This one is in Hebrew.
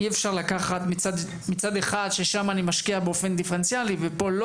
אי אפשר לקחת מצד אחד ששם אני משקיע באופן דיפרנציאלי ופה לא